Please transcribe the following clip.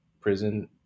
prison